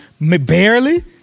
Barely